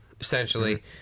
essentially